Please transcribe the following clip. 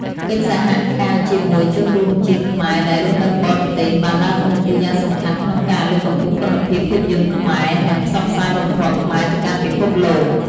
កិច្ចសហការជាមួយជនរួមជាតិខ្មែរដែលរស់នៅបរទេស បានដើរតួនាទីយ៉ាងសំខាន់ក្នុងការ លើកកម្ពស់គុណភាពភាពយន្តខ្មែរ និង ផ្សព្វផ្សាយវប្បធម៌ខ្មែរ ទៅកាន់ពិភពលោក។